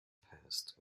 past